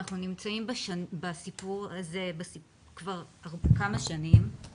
אנחנו נמצאים בסיפור הזה כבר כמה שנים.